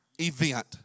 event